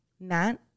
Matt